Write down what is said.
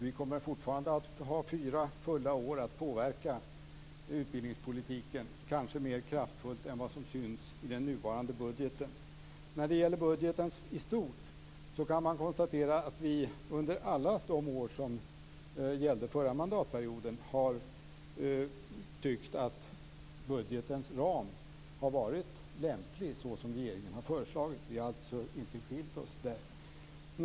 Vi kommer fortfarande att ha fyra fulla år att påverka utbildningspolitiken, kanske mer kraftfullt än vad som syns i den nuvarande budgeten. När det gäller budgeten i stort kan man konstatera att vi under hela den förra mandatperioden har tyckt att den ram för budgeten som regeringen har föreslagit har varit lämplig. Vi har alltså inte skilt oss där.